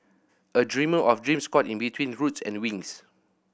a dreamer of dreams caught in between roots and wings